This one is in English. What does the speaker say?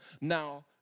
now